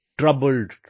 troubled